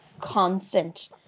constant